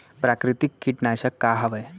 प्राकृतिक कीटनाशक का हवे?